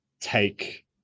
take